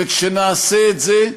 וכשנעשה את זה,